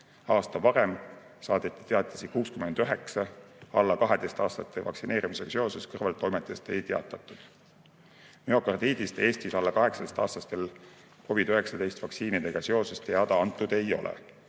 Aasta varem saadeti teatisi 69, alla 12-aastaste vaktsineerimisega seoses kõrvaltoimetest ei teatatud. Müokardiidist Eestis alla 18-aastastel COVID-19 vaktsiinidega seoses teada antud ei ole.